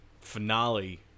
finale